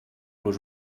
los